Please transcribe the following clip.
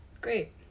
Great